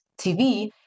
TV